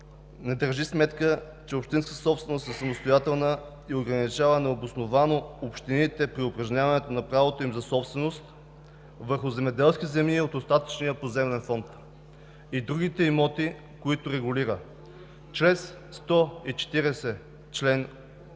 не държи сметка, че общинската собственост е самостоятелна и ограничава необосновано общините при упражняването на правото им за собственост върху земеделски земи от „остатъчния“ поземлен фонд и другите имоти, които регулира. Член 140 от